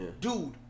dude